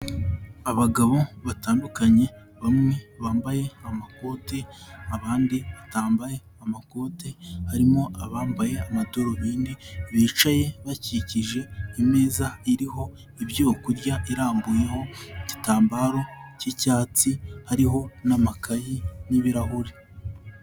Abagabo batandukanye bamwe bambaye amakoti, abandi batambaye amakote, harimo abambaye amadarubindi bicaye bakikije imeza iriho ibyo kurya, irambuyeho igitambaro cy'icyatsi hariho n'amakayi n'ibirahuri.